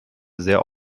sehr